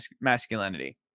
masculinity